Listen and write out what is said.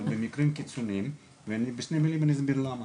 אבל במקרים קיצוניים, ואני אסביר בשתי מילים למה,